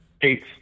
Eight